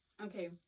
okay